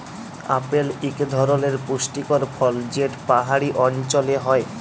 apple ইক ধরলের পুষ্টিকর ফল যেট পাহাড়ি অল্চলে হ্যয়